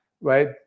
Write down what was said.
Right